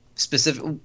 specific